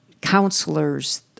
counselors